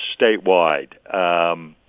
statewide